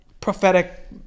prophetic